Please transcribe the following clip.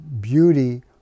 beauty